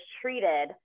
treated